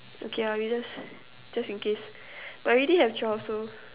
okay ah we just just in case but already have twelve so